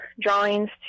drawings